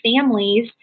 families